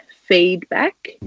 feedback